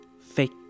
fake